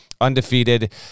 Undefeated